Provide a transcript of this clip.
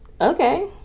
okay